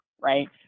right